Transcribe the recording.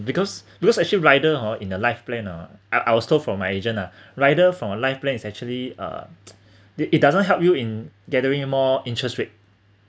because because actually rider hor in the life planner hor I I was told from my agent lah rider from a life plan is actually uh they it doesn't help you in gathering more interest rate